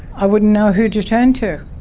i wouldn't know who to turn to,